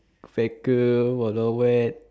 faker wild no wet